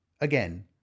Again